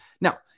Now